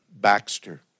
Baxter